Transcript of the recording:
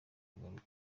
kugaruka